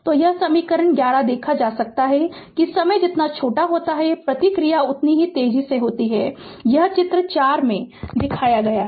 तो यह समीकरण 11 से देखा जा सकता है कि समय जितना छोटा होता है प्रतिक्रिया उतनी ही तेजी से होती है यह चित्र 4 में दिखाया गया है